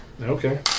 Okay